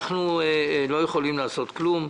אנחנו לא יכולים לעשות כלום,